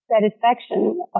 satisfaction